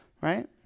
Right